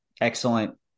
excellent